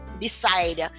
decide